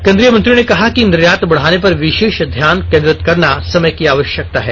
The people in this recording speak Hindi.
केन्द्रीय मंत्री ने कहा कि निर्यात बढ़ाने पर विशेष ध्यान केन्द्रित करना समय की आवश्यकता है